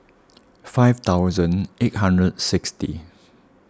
five thousand eight hundred sixty